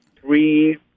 three